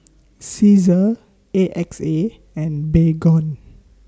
Cesar A X A and Baygon